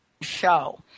show